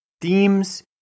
themes